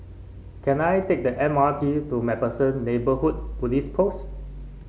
can I take the M R T to MacPherson Neighbourhood Police Post